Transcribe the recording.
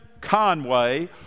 Conway